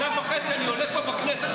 שנה וחצי אני עולה פה בכנסת,